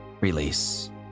release